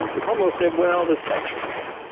the commonwealth said, well, the state should fund.